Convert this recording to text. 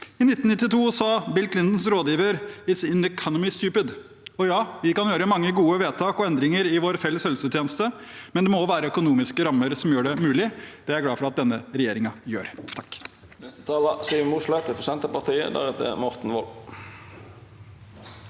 I 1992 sa Bill Clintons rådgiver: «It’s the economy, stupid.» Ja, vi kan gjøre mange gode vedtak og endringer i vår felles helsetjeneste, men det må være økonomiske rammer som gjør det mulig. Det er jeg glad for at denne regjeringen har. Siv